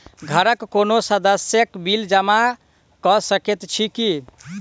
घरक कोनो सदस्यक बिल जमा कऽ सकैत छी की?